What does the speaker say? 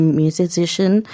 musician